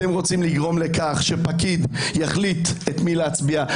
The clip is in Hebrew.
אתם רוצים לגרום לכך שפקיד יחליט את מי להצביע.